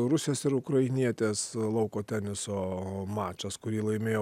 rusijos ir ukrainietės lauko teniso mačas kurį laimėjo